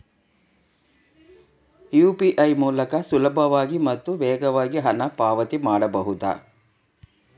UPI ಮೂಲಕ ಸುಲಭವಾಗಿ ಮತ್ತು ವೇಗವಾಗಿ ಹಣ ಪಾವತಿ ಮಾಡಬಹುದಾ?